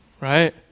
right